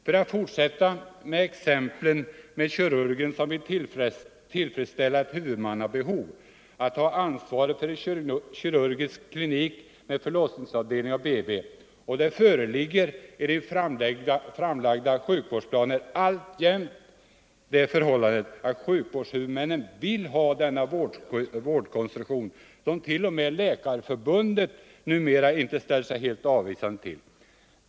För att fortsätta exemplen med kirurgen som vill tillfredsställa ett huvudmannabehov att ha ansvaret för en kirurgklinik med förlossningsavdelning och BB föreligger enligt framlagda sjukvårdsplaner alltjämt det förhållandet att sjukvårdshuvudmännen vill ha denna vårdkonstruktion, som till och med Läkarförbundet numera icke ställer sig avvisande till.